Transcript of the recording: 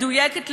מדויקת,